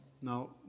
Now